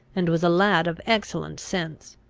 and was a lad of excellent sense.